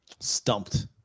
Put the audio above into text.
stumped